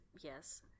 yes